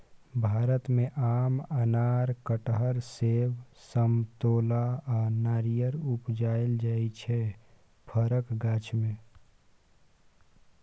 भारत मे आम, अनार, कटहर, सेब, समतोला आ नारियर उपजाएल जाइ छै फरक गाछ मे